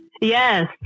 yes